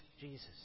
Jesus